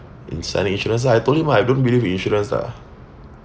in signing insurance lah I told him ah I don't believe in insurance ah